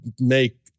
make